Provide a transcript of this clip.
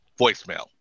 Voicemail